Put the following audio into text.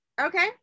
Okay